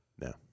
No